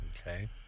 Okay